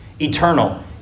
eternal